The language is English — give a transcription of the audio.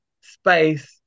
space